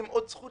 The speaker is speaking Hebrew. אני מנסה